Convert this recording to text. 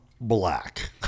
black